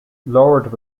lord